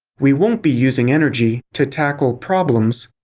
we won't be using energy to tackle problems,